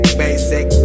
basic